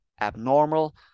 abnormal